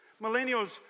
millennials